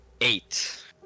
Eight